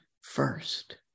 first